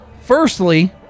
Firstly